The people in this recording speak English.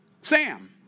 Sam